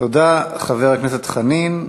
תודה, חבר הכנסת חנין.